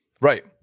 Right